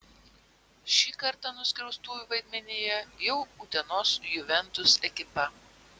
šį kartą nuskriaustųjų vaidmenyje jau utenos juventus ekipa